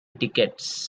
tickets